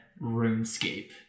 RuneScape